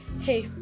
Hey